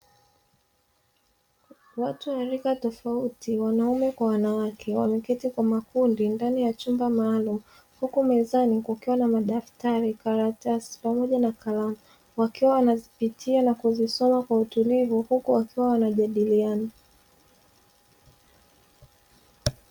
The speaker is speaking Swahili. Watu wa rika tofauti, wanaume kwa wanawake, wameketi kwa makundi ndani ya chumba maalumu huku mezani kukiwa na madaftari, karatasi pamoja na kalamu, wakiwa wanazipitia na kuzisoma kwa utulivu huku wakiwa wanajadiliana.